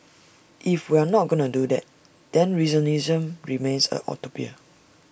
if we are not going to do that then regionalism remains A utopia